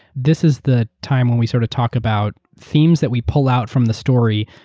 this is the time when we sort of talk about themes that we pull out from the story.